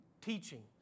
teaching